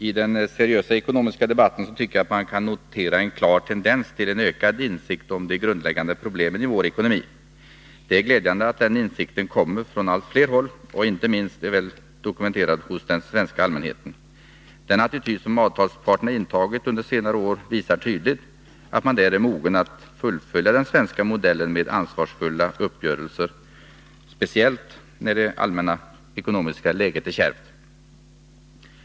I den seriösa ekonomiska debatten tycker jag att man kan notera en klar tendens till ökad insikt om de grundläggande problemen i vår ekonomi. Det är glädjande att den insikten kommer från allt fler håll och inte minst är väl dokumenterad hos den svenska allmänheten. Den attityd som avtalsparterna har intagit under senare år visar tydligt att de är mogna att fullfölja den svenska modellen med ansvarsfyllda uppgörelser, speciellt när det allmänna ekonomiska läget är kärvt.